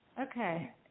Okay